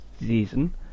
season